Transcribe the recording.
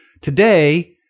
Today